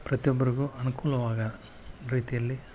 ಪ್ರತಿಯೊಬ್ಬರಿಗೂ ಅನುಕೂಲವಾದ ರೀತಿಯಲ್ಲಿ